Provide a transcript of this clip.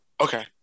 Okay